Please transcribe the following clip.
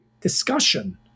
discussion